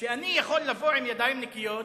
שאני יכול לבוא בידיים נקיות,